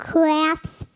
Crafts